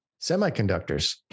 semiconductors